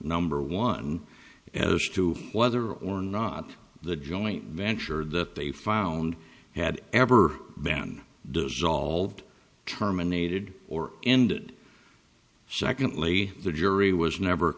number one as to whether or not the joint venture that they found had ever been dissolved terminated or ended secondly the jury was never